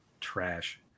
trash